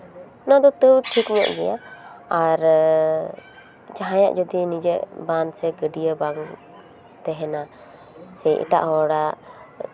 ᱱᱚᱣᱟ ᱫᱚ ᱛᱟᱹᱣ ᱴᱷᱤᱠ ᱧᱚᱜ ᱜᱮᱭᱟ ᱟᱨ ᱡᱟᱦᱟᱸᱭᱟᱜ ᱡᱚᱫᱤ ᱱᱤᱡᱮ ᱵᱟᱸᱫᱷ ᱥᱮ ᱜᱟᱹᱰᱭᱟᱹ ᱵᱟᱝ ᱛᱟᱦᱮᱱᱟ ᱥᱮ ᱮᱴᱟᱜ ᱦᱚᱲᱟᱜ